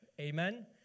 Amen